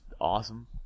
awesome